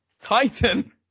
titan